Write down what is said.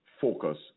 focus